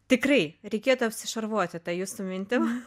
tikrai reikėtų apsišarvuoti ta jūsų mintim